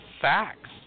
facts